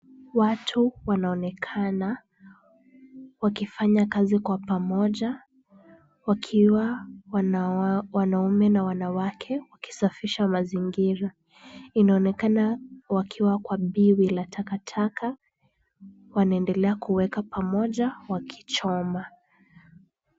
Watu wanaonekana wakifanya kazi kwa pamoja wakiwa wanaume na wanawake wakisafisha mazingira. Inaonekana wakiwa kwa biwi la takataka, wanaendelea kuweka pamoja wakichoma.